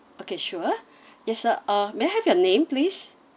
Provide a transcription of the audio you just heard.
okay sure yes sir uh may I have your name please